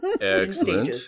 Excellent